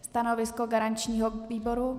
Stanovisko garančního výboru.